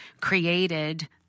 created